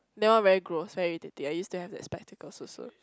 that one very gross very details I use to have spectacles also